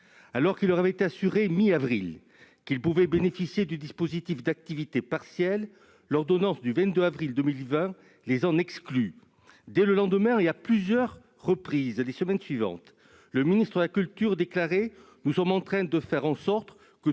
Alors qu'il leur avait été assuré, mi-avril, qu'ils pouvaient bénéficier du dispositif d'activité partielle, l'ordonnance du 22 avril 2020 les en exclut. Dès le lendemain et à plusieurs reprises les semaines suivantes, le ministre de la culture déclarait :« Nous sommes en train de faire en sorte que